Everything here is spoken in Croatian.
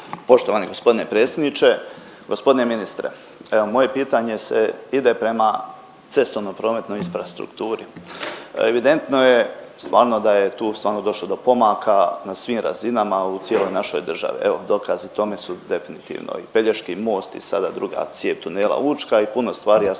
Poštovani g. predsjedniče. Gospodine ministre, evo moje pitanje se ide prema cestovnoj prometnoj infrastrukturi. Evidentno je stvarno da je tu stvarno došlo do pomaka na svim razinama u cijeloj našoj državi, evo dokazi tome su definitivno i Pelješki most i sada druga cijev Tunela Učka i puno stvari.